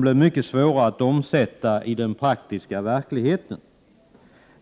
bli mycket svåra att omsätta i den praktiska verkligheten, om de skulle få gehör här i riksdagen.